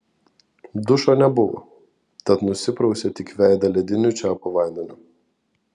dušo nebuvo tad nusiprausė tik veidą lediniu čiaupo vandeniu